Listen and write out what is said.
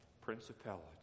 principality